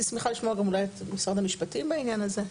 שמחה לשמוע גם את משרד המשפטים בעניין הזה.